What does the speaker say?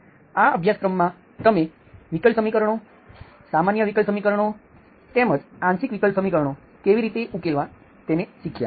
આ અભ્યાસક્રમમાં તમે વિકલ સમીકરણો સામાન્ય વિકલ સમીકરણો તેમજ આંશિક વિકલ સમીકરણો કેવી રીતે ઉકેલવા તેને શીખ્યા